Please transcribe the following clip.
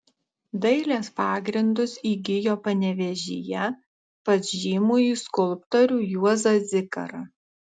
dailės pagrindus įgijo panevėžyje pas žymųjį skulptorių juozą zikarą